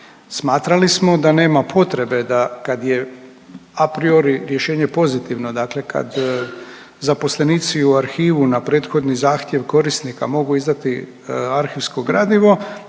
Smatrali smo da nema potrebe da kad je a priori rješenje pozitivno, dakle kad zaposlenici u arhivu na prethodni zahtjev korisnika mogu izdati arhivsku gradivo